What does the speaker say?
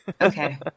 Okay